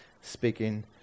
speaking